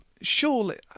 Surely